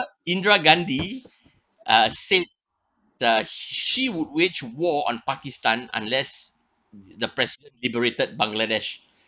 indira gandhi uh said the she would wage war on pakistan unless the president liberated bangladesh